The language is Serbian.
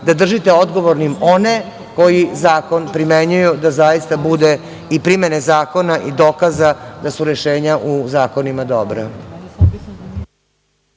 da držite odgovornim one koji zakon primenjuju za da zaista bude i primene zakona i dokaza da su rešenja u zakonima dobra.